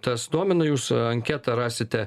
tas domina jūs anketą rasite